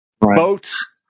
Boats